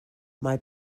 mae